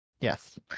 yes